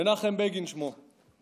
מנחם בגין שמו.